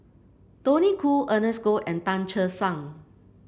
Tony Khoo Ernest Goh and Tan Che Sang